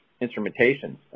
instrumentation